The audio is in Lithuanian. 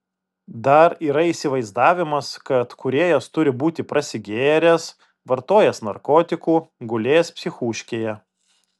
dar yra įsivaizdavimas kad kūrėjas turi būti prasigėręs vartojęs narkotikų gulėjęs psichūškėje